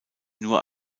nur